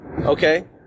Okay